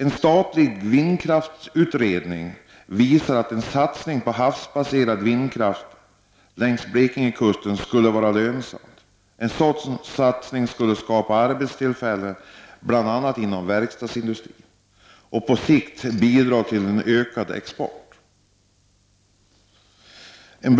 Den statliga vindkraftsutredningen visar att en satsning på havsbaserade vindkraftverk längs Blekingekusten skulle vara lönsam. En sådan satsning skulle skapa arbetstillfällen inom bl.a. verkstadsindustrin och på sikt bidra till en ökad export. Det skulle vara en